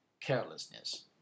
carelessness